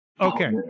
Okay